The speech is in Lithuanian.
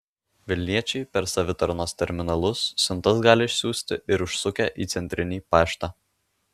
vilniečiai per savitarnos terminalus siuntas gali išsiųsti ir užsukę į centrinį paštą